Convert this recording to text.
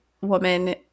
woman